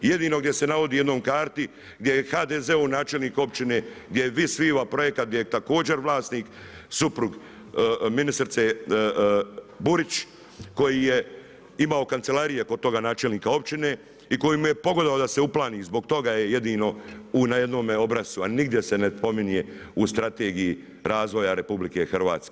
Jedino gdje se navodi je na karti gdje je HDZ-ov načelnik općine gdje je Vis Viva projekat, gdje je također vlasnik suprug ministrice Burić koji je imao kancelarije kod toga načelnika općine i koji im je pogodovao da se uplani, zbog toga je jedino na jednome obrascu, a nigdje se ne spominje u Strategiji razvoja RH.